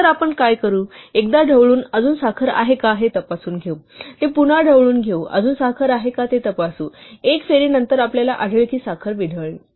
तर आपण काय करू एकदा ढवळून अजून साखर आहे का हे तपासून घेऊ ते पुन्हा ढवळून घेऊ अजून साखर आहे का ते तपासू एक फेरी नंतर आपल्याला आढळेल की साखर विरघळली